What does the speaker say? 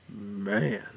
man